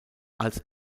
als